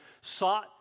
sought